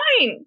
fine